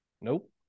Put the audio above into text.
Nope